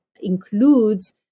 includes